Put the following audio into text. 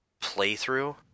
playthrough